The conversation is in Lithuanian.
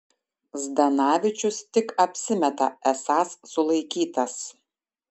zdanavičius tik apsimeta esąs sulaikytas